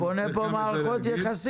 אתה בונה פה מערכות יחסים.